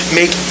make